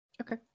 okay